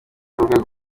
b’urwego